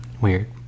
Weird